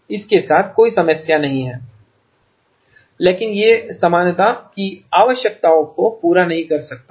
इसके साथ कोई समस्या नहीं है लेकिन यह समानता की आवश्यकताओं को पूरा नहीं करता है